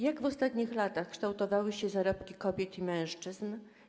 Jak w ostatnich latach kształtowały się zarobki kobiet i mężczyzn?